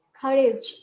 courage